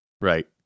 Right